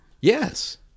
Yes